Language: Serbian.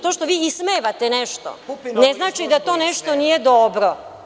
To što vi ismevate nešto, ne znači da to nešto nije dobro.